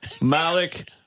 Malik